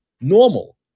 normal